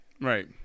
right